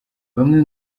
bamwe